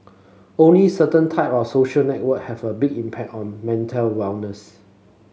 only certain type of social network have a big impact on mental wellness